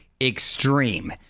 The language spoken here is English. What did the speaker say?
extreme